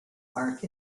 bark